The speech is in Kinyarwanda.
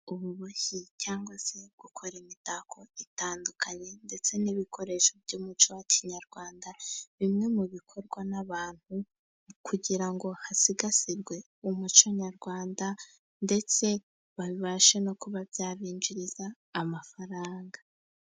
Ububoshyi cyangwa se gukora imitako itandukanye, ndetse n'ibikoresho by'umuco wa kinyarwanda, bimwe mu bikorwa n'abantu, kugira ngo hasigasirwe umuco nyarwanda, ndetse babashe no kuba byabinjiriza amafaranga.